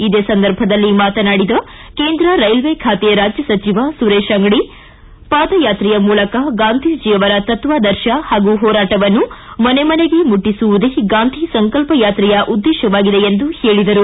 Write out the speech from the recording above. ಇದೇ ಸಂದರ್ಭದಲ್ಲಿ ಮಾತನಾಡಿದ ಕೇಂದ್ರ ರೈಲ್ವೆ ಖಾತೆ ರಾಜ್ಯ ಸಚಿವ ಸುರೇಶ ಅಂಗಡಿ ಪಾದ ಯಾತ್ರೆಯ ಮೂಲಕ ಗಾಂಧೀಜಿಯವರ ತತ್ವಾದರ್ಶ ಹಾಗೂ ಹೋರಾಟವನ್ನು ಮನೆ ಮನೆಗೆ ಮುಟ್ಟಿಸುವುದೇ ಗಾಂಧೀ ಸಂಕಲ್ಪ ಯಾತ್ರೆಯ ಉದ್ದೇಶವಾಗಿದೆ ಎಂದು ಹೇಳಿದರು